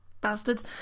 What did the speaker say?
bastards